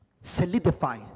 Solidify